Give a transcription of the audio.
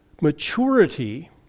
maturity